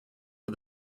for